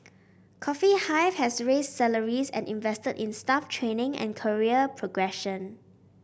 Coffee Hive has raised salaries and invested in staff training and career progression